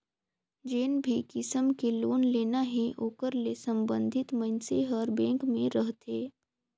जेन भी किसम के लोन लेना हे ओकर ले संबंधित मइनसे हर बेंक में रहथे